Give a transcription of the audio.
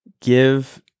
give